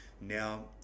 Now